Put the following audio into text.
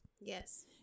Yes